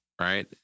right